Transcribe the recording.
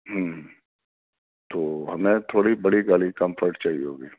ہوں تو ہمیں تھوڑی بڑی گاڑی کمفرٹ چاہیے ہوگی